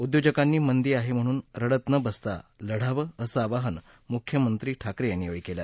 उद्योजकांनी मंदी आहे म्हणून रडत न बसता लढावं असं आवाहन मुख्यमंत्री ठाकरे यांनी यावेळी केलं